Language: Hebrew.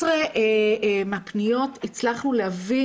17 מהפניות הצלחנו להביא,